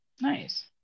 Nice